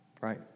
Right